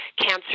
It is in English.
cancer